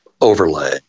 overlay